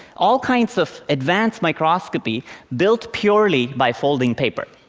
all kinds of advanced microscopy built purely by folding paper.